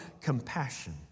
compassion